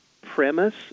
premise